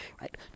right